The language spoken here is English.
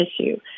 issue